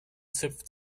zipft